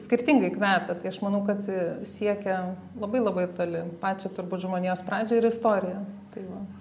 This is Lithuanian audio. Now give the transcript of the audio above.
skirtingai kvepia tai aš manau kad siekia labai labai toli pačią turbūt žmonijos pradžią ir istoriją tai va